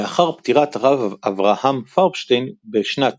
לאחר פטירת הרב אברהם פרבשטין בשנת